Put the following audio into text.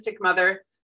mother